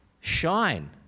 shine